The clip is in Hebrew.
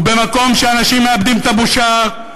ובמקום שאנשים מאבדים את הבושה,